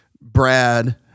Brad